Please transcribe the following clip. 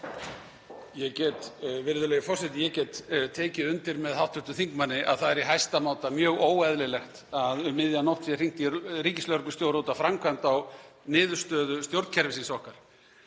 Virðulegi forseti. Ég get tekið undir með hv. þingmanni að það er í hæsta máta mjög óeðlilegt að um miðja nótt sé hringt í ríkislögreglustjóra út af framkvæmd á niðurstöðu stjórnkerfisins okkar